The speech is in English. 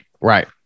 Right